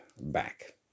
back